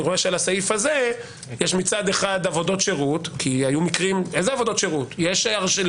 אני רואה שעל הסעיף הזה יש מצד אחד עבודות שירות ולא רק זה אלא יש גם